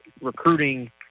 recruiting